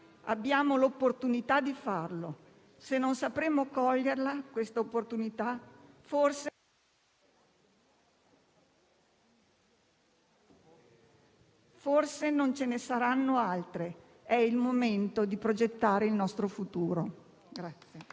Abbiamo l'opportunità di farlo e, se non sapremo coglierla, forse non ce ne saranno altre. È il momento di progettare il nostro futuro.